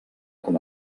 com